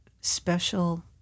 special